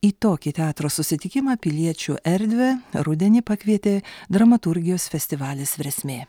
į tokį teatro susitikimą piliečių erdvę rudenį pakvietė dramaturgijos festivalis versmė